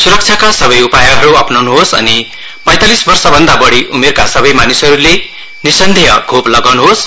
सुरक्षाका सबै उपायहरू अपनाउनुहोस् अनि पैंतालीस वर्षभन्दा बढ्वी उमेरका सबै मानिसहरूले निसन्देह खोप लगाउनुहोस्